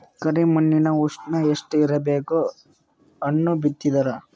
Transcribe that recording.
ಕರಿ ಮಣ್ಣಿನ ಉಷ್ಣ ಎಷ್ಟ ಇರಬೇಕು ಹಣ್ಣು ಬಿತ್ತಿದರ?